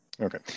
okay